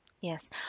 Yes